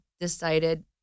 decided